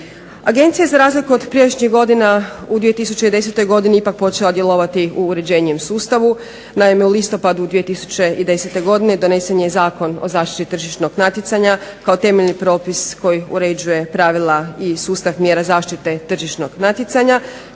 Agencija je za razliku od prijašnjih godina u 2010. godini ipak počela djelovati u uređenijem sustavu. Naime, u listopadu 2010. godini donesen je Zakon o zaštiti tržišnog natjecanja kao temeljni propis koji uređuje pravila i sustav mjera zaštite tržišnog natjecanja